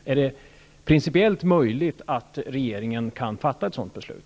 Är det principiellt möjligt för regeringen att fatta ett sådant beslut?